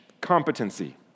competency